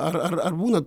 ar ar ar būna